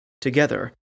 Together